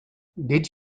did